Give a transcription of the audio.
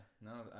No